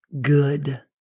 good